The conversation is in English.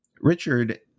Richard